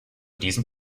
diesem